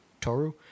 toru